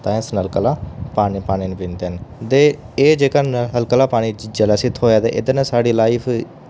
ताईं अस नलके आह्ला पानी पानी निं पींदे हैन ते एह् जेह्का नलके आह्ला पानी जेह्ले असें थोया एह्दे ने साढ़ी लाइफ